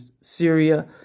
Syria